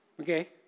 Okay